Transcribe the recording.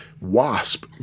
Wasp